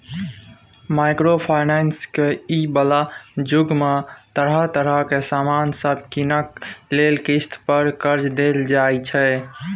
micro finance के इ बला जुग में तरह तरह के सामान सब कीनइ लेल किस्त पर कर्जा देल जाइ छै